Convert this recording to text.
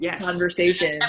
conversation